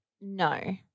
No